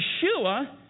Yeshua